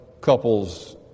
couples